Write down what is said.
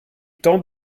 tant